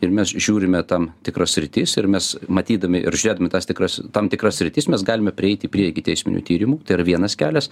ir mes žiūrime tam tikras sritis ir mes matydami ir žiūrėdami tas tikras tam tikras sritis mes galime prieiti prie ikiteisminių tyrimų tai yra vienas kelias